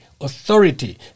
authority